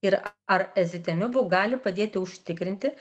ir ar ezetimibu gali padėti užtikrinti